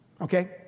Okay